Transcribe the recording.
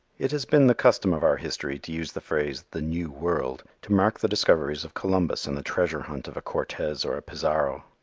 it has been the custom of our history to use the phrase the new world to mark the discoveries of columbus and the treasure-hunt of a cortes or a pizarro.